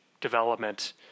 development